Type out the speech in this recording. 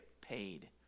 paid